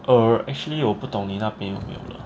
err actually 我不懂你那边有没有 lah